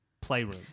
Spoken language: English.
playroom